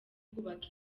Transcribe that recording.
kubaka